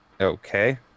okay